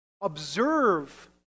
Observe